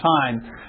time